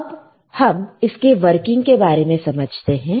अब हम इसके वर्किंग के बारे में समझते हैं